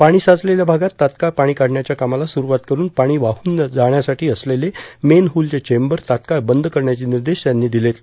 पाणी साचलेल्या भागात तात्काळ पाणी काढण्याच्या कामाला स्ररूवात करून पाणी वाहून जाण्यासाठी असलेले मेनहोलचे चेंबर तात्काळ बंद करण्याचे निर्देश त्यांनी दिलेत